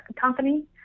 company